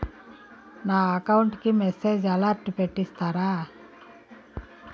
నా అకౌంట్ కి message alert పెట్టిస్తారా